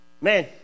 man